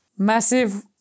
Massive